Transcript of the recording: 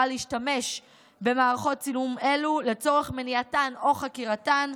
להשתמש במערכות צילום אלו לצורך מניעתן או חקירתן,